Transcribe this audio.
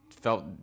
felt